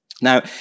Now